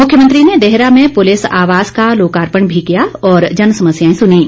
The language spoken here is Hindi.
मुख्यमंत्री ने देहरा में पुलिस आवास का लोकार्पण भी किया और जनसमस्याए सुनीं